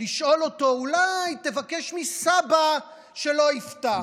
לשאול אותו: אולי תבקש מסבא שלא יפתח?